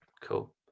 Cool